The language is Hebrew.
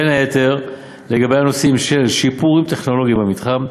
בין היתר לגבי הנושאים של שיפורים טכנולוגיים במתחם,